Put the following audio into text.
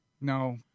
no